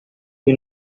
you